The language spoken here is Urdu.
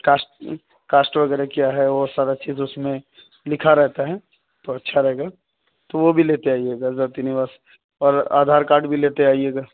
کاسٹ کاسٹ وغیرہ کیا ہے وہ سارا چیز اس میں لکھا رہتا ہے تو اچھا رہے گا تو وہ بھی لیتے آئے گا ذاتی نواس اور آدھار کارڈ بھی لیتے آئے گا